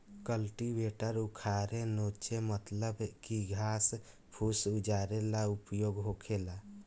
cultivator उखारे नोचे मतलब की घास फूस उजारे ला उपयोग होखेला